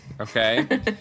Okay